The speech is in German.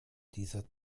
dieser